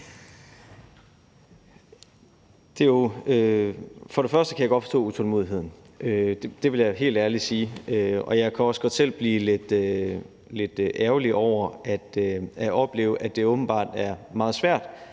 og fremmest kan jeg godt forstå utålmodigheden; det vil jeg helt ærligt sige. Og jeg kan også godt selv blive lidt ærgerlig over at opleve, at det åbenbart er meget svært